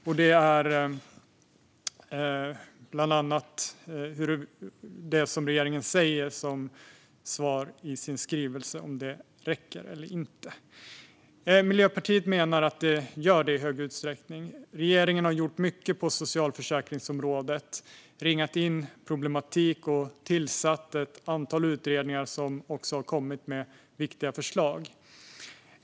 Regeringen säger bland annat det som svar i sin skrivelse i fråga om det räcker eller inte. Miljöpartiet menar att det gör det i stor utsträckning. Regeringen har gjort mycket på socialförsäkringsområdet. Man har ringat in problematik och har tillsatt ett antal utredningar som också har kommit med viktiga förslag.